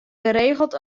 geregeld